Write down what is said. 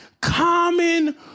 common